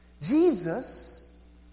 Jesus